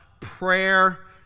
prayer